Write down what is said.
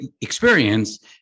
experience